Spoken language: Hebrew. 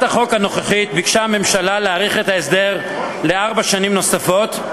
החוק הנוכחית ביקשה הממשלה להאריך את ההסדר לארבע שנים נוספות,